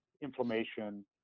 inflammation